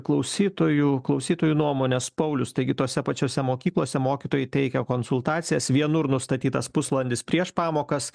klausytojų klausytojų nuomones paulius taigi tose pačiose mokyklose mokytojai teikia konsultacijas vienur nustatytas pusvalandis prieš pamokas